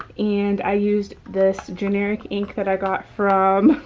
and i used this generic ink that i got from,